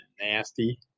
Nasty